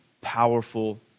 powerful